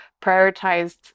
prioritized